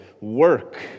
Work